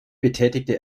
betätigte